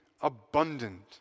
abundant